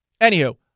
Anywho